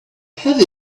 have